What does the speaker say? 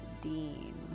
Dean